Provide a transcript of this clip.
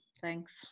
Thanks